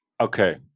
Okay